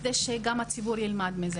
כדי שגם הציבור ילמד מזה.